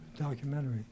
documentary